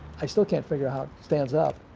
i still can't figure how it stands up.